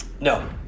No